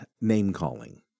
name-calling